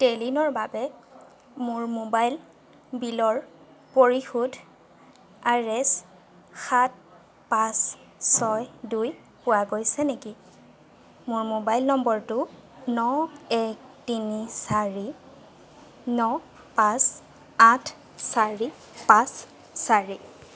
টেলিনৰ বাবে মোৰ মোবাইল বিলৰ পৰিশোধ আৰ এছ সাত পাঁচ ছয় দুই পোৱা গৈছে নেকি মোৰ মোবাইল নম্বৰটো ন এক তিনি চাৰি ন পাঁচ আঠ চাৰি পাঁচ চাৰি